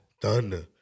Thunder